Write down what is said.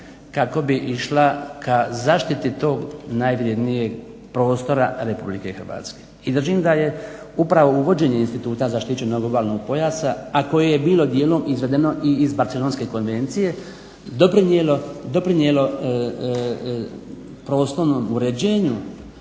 kako bi išla ka zaštiti tog najvrjednijeg prostora RH. I držim da je upravo uvođenje instituta zaštićenog obalnog pojasa, a koje je bilo dijelom izvedeno i iz Barcelonske konvencije doprinijelo prostornom uređenju